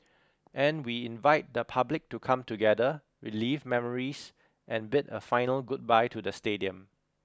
and we invite the public to come together relive memories and bid a final goodbye to the stadium